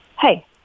hey